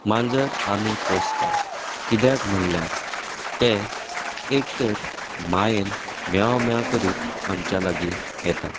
माजर आमी पोसता कित्याक म्हणल्यार तें एक तर मायेन म्याव म्याव करीत आमच्या लागी येता